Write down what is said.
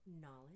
knowledge